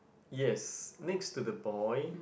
yes next to the boy